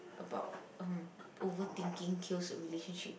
about um overthinking kills a relationship